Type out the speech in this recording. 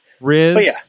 Riz